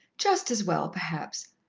just as well, perhaps.